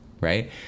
right